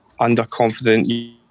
underconfident